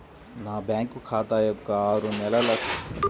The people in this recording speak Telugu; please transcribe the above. నా బ్యాంకు ఖాతా యొక్క ఆరు నెలల స్టేట్మెంట్ ఇవ్వగలరా?